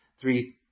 three